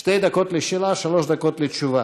שתי דקות לשאלה, שלוש דקות לתשובה.